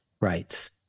rights